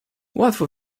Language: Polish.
łatwo